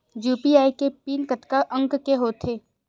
UPI के pin कतका अंक के होथे?